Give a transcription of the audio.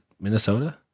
Minnesota